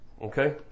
okay